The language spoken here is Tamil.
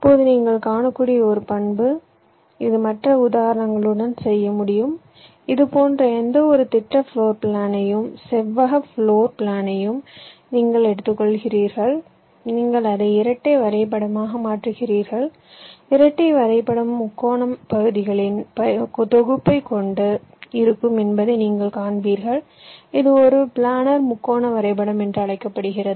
இப்போது நீங்கள் காணக்கூடிய ஒரு பண்பு இது மற்ற உதாரணங்களுடன் செய்ய முடியும் இதுபோன்ற எந்தவொரு திட்ட பிளோர் பிளானையும் செவ்வக பிளோர் பிளானையும் நீங்கள் எடுத்துக்கொள்கிறீர்கள் நீங்கள் அதை இரட்டை வரைபடமாக மாற்றுகிறீர்கள் இரட்டை வரைபடம் முக்கோண பகுதிகளின் தொகுப்பை கொண்டு இருக்கும் என்பதை நீங்கள் காண்பீர்கள் இது ஒரு பிளானர் முக்கோண வரைபடம் என்று அழைக்கப்படுகிறது